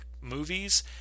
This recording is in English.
movies